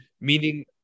meaning